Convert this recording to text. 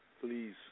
Please